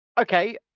okay